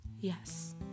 Yes